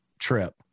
trip